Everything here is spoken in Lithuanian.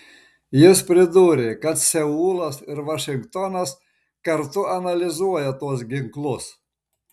jis pridūrė kad seulas ir vašingtonas kartu analizuoja tuos ginklus